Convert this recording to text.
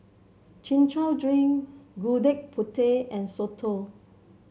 Chin Chow Drink Gudeg Putih and soto